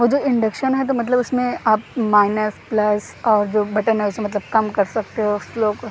وہ جو انڈکشن ہے تو مطلب اُس میں آپ مائنس پلس اور جو بٹن ہے اُسے مطلب کم کر سکتے ہو سلوک